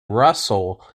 russell